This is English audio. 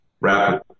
wrap